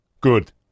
Good